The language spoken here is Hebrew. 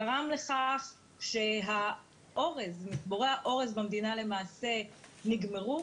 גרם לכך שמצבורי האורז במדינה למעשה נגמרו,